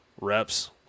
reps